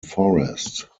forest